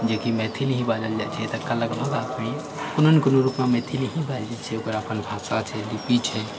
जे कि मैथिल ही बाजल जाइत छै एतुका लगभग आदमी कोनो ने कोनो रूपमे मैथिल ही बाजै छै ओकरा अपन भाषा छै लिपि छै